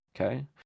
Okay